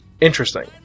interesting